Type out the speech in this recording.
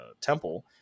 temple